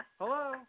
Hello